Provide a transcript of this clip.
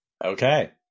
Okay